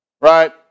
Right